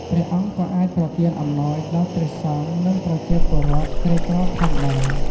ព្រះអង្គក៏អាចប្រទានអំណោយដល់ព្រះសង្ឃ និងប្រជាពលរដ្ឋក្រីក្រផងដែរ។